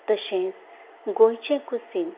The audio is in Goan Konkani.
तशेंच गोंयचें कुजीन